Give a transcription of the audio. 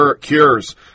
cures